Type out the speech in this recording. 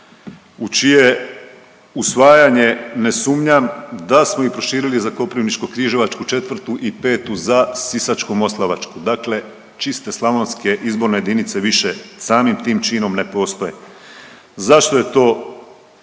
u čije usvajanje ne sumnjam, da smo ih proširili za Koprivničko-križevačku 4. i 5. za Sisačko-moslavačku. Dakle, čiste slavonske izborne jedinice više samim tim činom ne postoje. Zašto je to